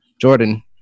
jordan